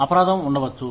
అపరాధం ఉండవచ్చు